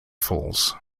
falls